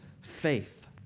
faith